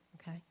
okay